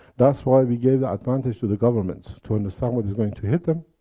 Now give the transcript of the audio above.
that's why we gave the advantage to the governments to understand what is going to hit them,